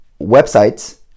websites